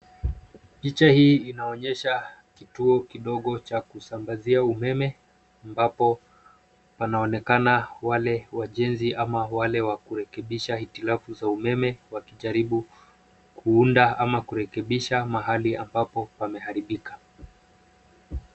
Picha hii inaonyesha kituo kidogo cha kusambazia umeme ambapo panaonekana wale wajenzi ama wale wa kurekebisha hitilafu za umeme wakijaribu kuunda ama kurekebisha mahali ambapo pameharibika.